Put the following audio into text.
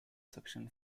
suction